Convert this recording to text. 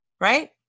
right